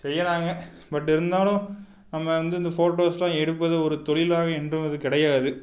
செய்யறாங்க பட் இருந்தாலும் நம்ம வந்து இந்த ஃபோட்டோஸெலாம் எடுப்பது ஒரு தொழிலாகவே என்றும் அது கிடையாது